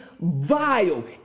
vile